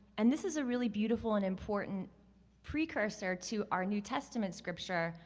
and this is a really beautiful and important precursor to our new testament scripture,